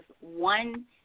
one